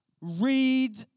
read